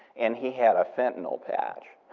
and he had a fentanyl patch,